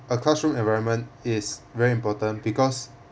a classroom environment is very important because